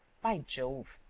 by jove,